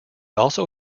also